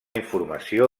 informació